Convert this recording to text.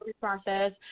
process